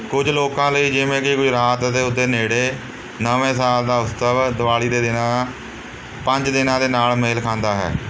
ਕੁਝ ਲੋਕਾਂ ਲਈ ਜਿਵੇਂ ਕਿ ਗੁਜਰਾਤ ਅਤੇ ਉਸ ਦੇ ਨੇੜੇ ਨਵੇਂ ਸਾਲ ਦਾ ਉਤਸਵ ਦੀਵਾਲੀ ਦੇ ਦਿਨਾਂ ਪੰਜ ਦਿਨਾਂ ਦੇ ਨਾਲ਼ ਮੇਲ ਖਾਂਦਾ ਹੈ